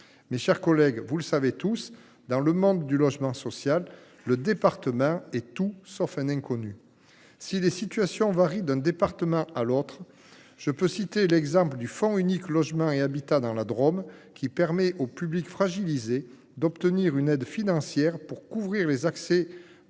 Mes chers collègues, vous le savez tous, dans le monde du logement social le département est tout sauf un inconnu ! Si les situations varient d’un département à un autre, je peux citer l’exemple du Fonds unique logement et habitat, dans la Drôme, qui permet aux publics fragilisés d’obtenir une aide financière pour couvrir leurs frais